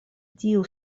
tiu